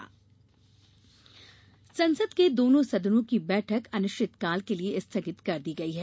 संसद संसद के दोनों सदनों की बैठक अनिश्चितकाल के लिए स्थगित कर दी गई है